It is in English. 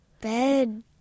bed